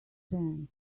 chance